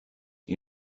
you